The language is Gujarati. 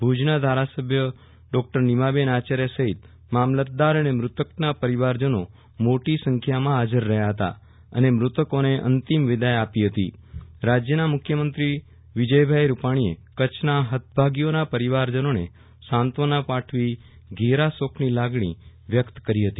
ભુજના ધારા સભ્ય નીમાબેન આર્ચાર્થ સહિત મામલતદાર અને મૃતકના પરિવારજનો મોટી સંખ્યામાં હાજર રહ્યા હતા અને મૃતકોને અંતિમ વિદાય આપી હતી રાજ્યના મુખ્યમત્રીશ્રી વિજયભાઈ રૂપાણીએ કચ્છના હતભાગીઓના પરીવારજનોને સાંત્વના પાઠવી ઘેરા શોકની લાગણી વ્યક્ત કરી હતી